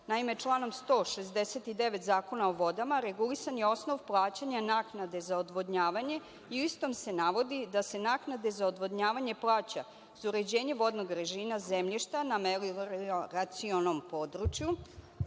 Naime, članom 169. Zakona o vodama regulisan je osnov plaćanja naknade za odvodnjavanje i u istom se navodi da se naknada za odvodnjavanje plaća za uređenje vodnog režima zemljišta na melioracionom području,